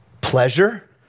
pleasure